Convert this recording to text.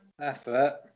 effort